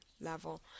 level